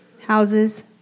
Houses